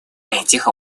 этих